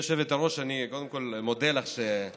גברתי היושבת-ראש, אני קודם כול מודה לך על